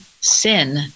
Sin